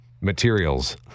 materials